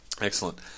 Excellent